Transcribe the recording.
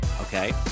okay